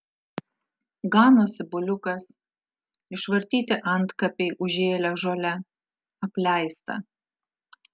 ganosi buliukas išvartyti antkapiai užžėlę žole apleista